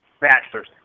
bachelor's